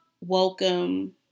welcome